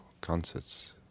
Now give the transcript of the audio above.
concerts